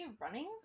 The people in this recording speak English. running